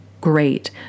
great